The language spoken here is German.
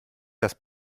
das